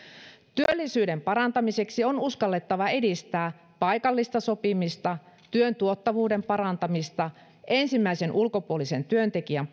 työllisyyden parantamiseksi on uskallettava edistää paikallista sopimista työn tuottavuuden parantamista ensimmäisen ulkopuolisen työntekijän